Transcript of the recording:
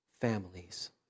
families